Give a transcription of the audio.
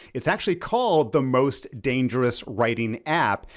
it's actually called the most dangerous writing app.